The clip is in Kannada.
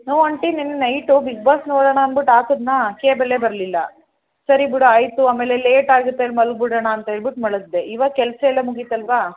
ಹ್ಞೂ ಆಂಟಿ ನೆನ್ನೆ ನೈಟು ಬಿಗ್ ಬಾಸ್ ನೋಡೋಣ ಅಂದ್ಬಿಟ್ ಹಾಕದ್ನಾ ಕೇಬಲ್ಲೇ ಬರಲಿಲ್ಲ ಸರಿ ಬಿಡು ಆಯಿತು ಆಮೇಲೆ ಲೇಟ್ ಆಗುತ್ತೆ ಮಲ್ಗ್ಬಿಡೋಣ ಅಂತ ಹೇಳ್ಬುಟ್ ಮಲಗಿದೆ ಇವಾಗ ಕೆಲಸ ಎಲ್ಲ ಮುಗಿತಲ್ಲವಾ